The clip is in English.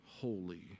holy